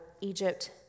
Egypt